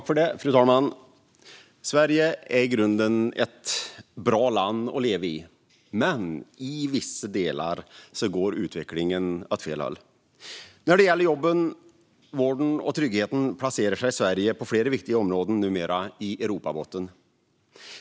Fru talman! Sverige är i grunden ett bra land att leva i, men i vissa delar går utvecklingen åt fel håll. När det gäller jobben, vården och tryggheten placerar sig Sverige på flera viktiga områden numera i Europabotten.